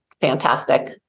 fantastic